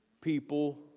people